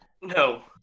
No